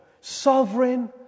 Sovereign